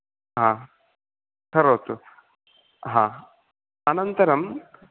हा करोतु हा अनन्तरं